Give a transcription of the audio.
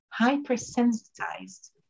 hypersensitized